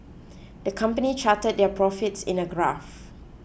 the company charted their profits in a graph